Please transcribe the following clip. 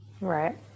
Right